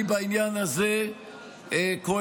אני בעניין הזה קוהרנטי.